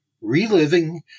Reliving